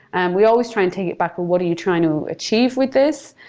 and we always try and take it back, what are you trying to achieve with this?